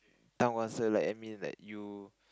town council like I mean like you